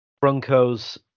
Broncos